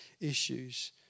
issues